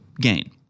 gain